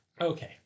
Okay